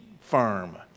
firm